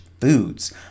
foods